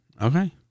Okay